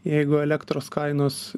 jeigu elektros kainos